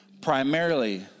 Primarily